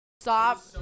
Stop